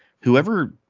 whoever